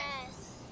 Yes